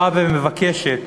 באה ומבקשת,